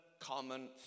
common